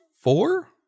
four